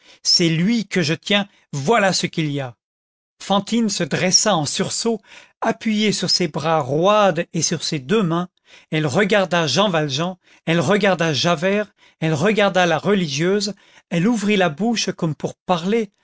c'est lui que je tiens voilà ce qu'il y a fantine se dressa en sursaut appuyée sur ses bras roides et sur ses deux mains elle regarda jean valjean elle regarda javert elle regarda la religieuse elle ouvrit la bouche comme pour parler